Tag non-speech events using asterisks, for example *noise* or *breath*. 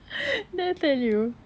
*breath* did I tell you